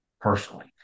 Personally